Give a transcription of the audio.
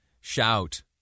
shout